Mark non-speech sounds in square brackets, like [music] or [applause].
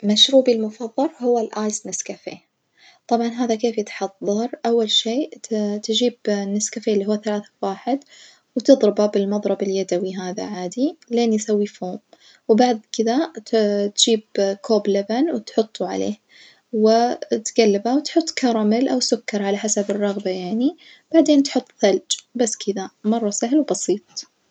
مشروبي المفظل هو الآيس نسكافيه، طبعًا هذا كيف يتحظر أول شي [hesitation] تجيب نسكافيه اللي هو ثلاثة في واحد وتظربه بالمظرب اليدوي هذا عادي لين يسوي فوم، وبعد كدة [hesitation] تجيب كوب لبن وتحطه عليه وتجلبه وتحط كراميل أو سكر على حسب الرغبة يعني وبعدين تحط ثلج، بس كدة مرة سهل وبسيط.